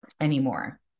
anymore